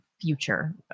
future